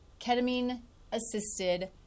ketamine-assisted